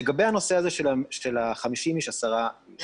לגבי הנושא של 50 או 10 איש.